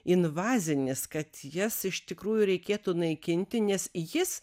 invazinis kad jas iš tikrųjų reikėtų naikinti nes jis